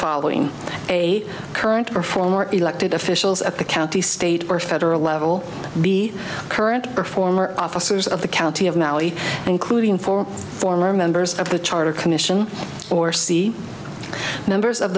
following a current or former elected officials at the county state or federal level be current or former officers of the county of mally including four former members of the charter commission or c members of